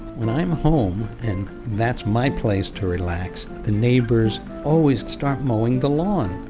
when i'm home, and that's my place to relax, the neighbors always start mowing the lawn.